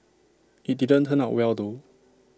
IT didn't turn out well though